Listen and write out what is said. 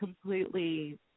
completely